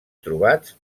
trobats